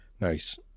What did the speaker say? Nice